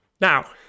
Now